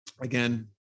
again